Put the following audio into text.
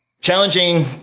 challenging